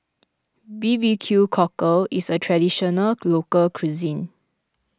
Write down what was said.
B B Q Cockle is a Traditional Local Cuisine